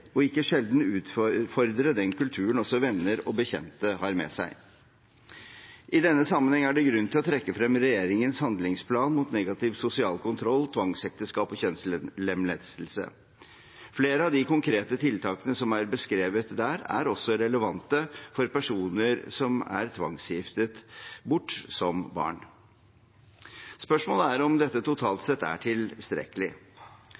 og ikke sjelden utfordre den kulturen venner og bekjente har med seg. I denne sammenheng er det grunn til å trekke frem regjeringens handlingsplan mot negativ sosial kontroll, tvangsekteskap og kjønnslemlestelse. Flere av de konkrete tiltakene som er beskrevet der, er også relevante for personer som er tvangsgiftet bort som barn. Spørsmålet er om dette totalt